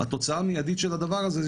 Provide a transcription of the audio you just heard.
התוצאה המיידית של הדבר הזה,